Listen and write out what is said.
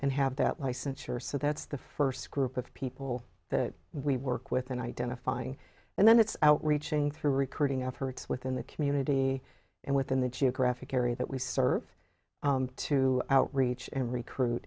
and have that licensure so that's the first group of people that we work with and identifying and then it's outreaching through recruiting efforts within the community and within the geographic area that we serve to outreach and recruit